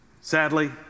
Sadly